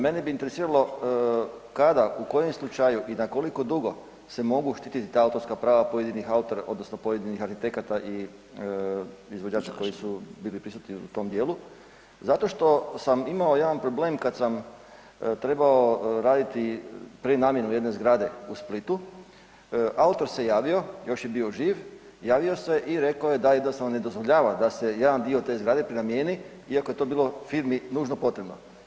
Mene bi interesiralo kada u kojem slučaju i na koliko dugo se mogu štititi ta autorska prava pojedinih autora, odnosno pojedinih arhitekata i izvođača koji su bili prisutni u tom dijelu zato što sam imao jedan problem kad sam trebao raditi prenamjenu jedne zgrade u Splitu, autor se javio, još je bio živ, javio se i rekao da jednostavno ne dozvoljava da se jedan dio te zgrade prenamijeni iako je to bilo firmi nužno potrebno.